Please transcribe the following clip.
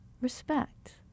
Respect